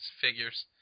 figures